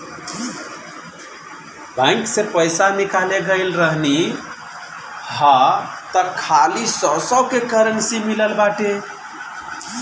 bank से पईसा निकाले गईल रहनी हअ तअ खाली सौ सौ के करेंसी मिलल बाटे